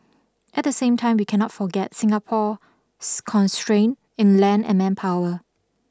at the same time we cannot forget Singapore's constraint in land and manpower